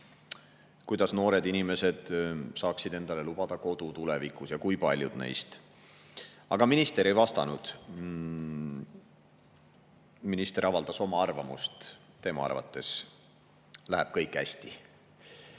kui paljud noored inimesed saaksid endale lubada kodu tulevikus. Aga minister ei vastanud. Minister avaldas oma arvamust, et tema arvates läheb kõik hästi.